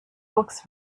books